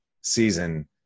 season